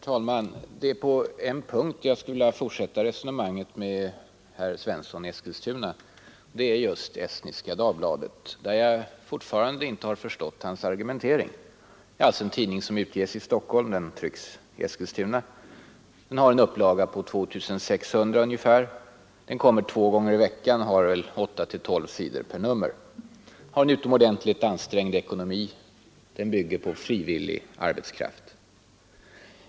Herr talman! På en punkt skulle jag vilja fortsätta resonemanget med herr Svensson i Eskilstuna. Det gäller Estniska Dagbladet, där jag fortfarande inte förstår hans argumentering. Det är en tidning som utges i Stockholm och trycks i Eskilstuna. Den har en upplaga på ungefär 2 600 exemplar. Den kommer ut två gånger i veckan och har åtta—tolv sidor per nummer. Den har en utomordentligt ansträngd ekonomi och bygger i stor utsträckning på frivillig arbetskraft.